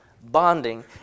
bonding